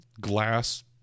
glass